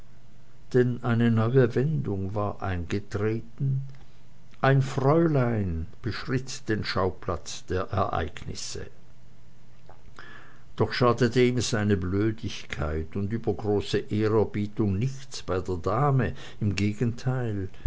denn eine neue wendung war eingetreten ein fräulein beschritt den schauplatz der ereignisse doch schadete ihm seine blödigkeit und übergroße ehrerbietung nichts bei der dame im gegenteil